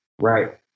right